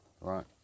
right